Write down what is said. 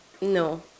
No